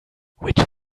which